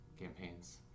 campaigns